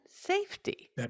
safety